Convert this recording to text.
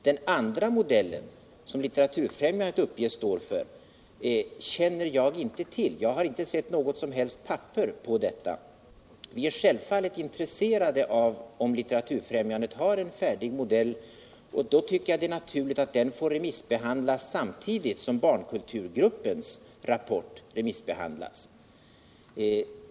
Den andra modellen som Litteraturfrämjandet uppges stå för känner jag inte till. Jag har inte seu något som helst papper på detta. Vi är självfallet intresserade av att veta om Litteraturträmjandet har en färdig modell, och då tycker jag att det är naturligt att den får remissbehandlas samtidigt som barnkulturgruppens rapport remissbehandlas.